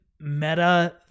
meta